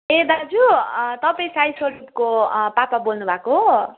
ए दाजु तपाईँ साइस्वरूपको पापा बोल्नुभएको हो